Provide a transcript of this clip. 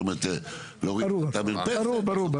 זאת אומרת --- ברור, ברור.